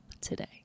today